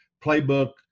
playbook